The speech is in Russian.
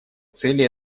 цели